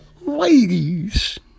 ladies